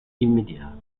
immediata